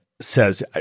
says-